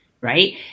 right